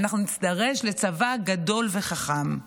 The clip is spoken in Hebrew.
אנחנו נידרש לצבא גדול וחכם.